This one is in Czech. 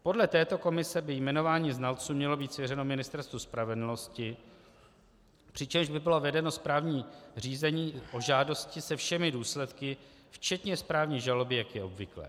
Podle této komise by jmenování znalců mělo být svěřeno Ministerstvu spravedlnosti, přičemž by bylo vedeno správní řízení o žádosti se všemi důsledky, včetně správní žaloby, jak je obvyklé.